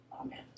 amen